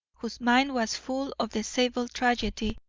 whose mind was full of the zabel tragedy,